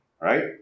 Right